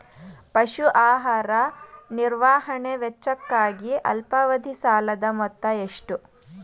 ಪಶು ಆಹಾರ ನಿರ್ವಹಣೆ ವೆಚ್ಚಕ್ಕಾಗಿ ಅಲ್ಪಾವಧಿ ಸಾಲದ ಮೊತ್ತ ಎಷ್ಟು?